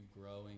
growing